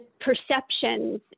perceptions